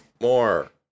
More